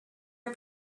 are